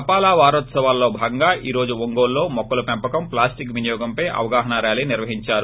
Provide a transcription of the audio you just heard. తపాలా శాఖ వారోత్సవాల్లో భాగంగా ఈ రోజు ఒంగోలులో మొక్కల పెంపకం ప్లాస్టిక్ వినియోగంపై అవగాహనా ర్యాలీ నిర్వహిందారు